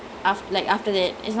mm